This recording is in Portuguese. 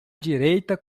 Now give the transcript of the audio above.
direita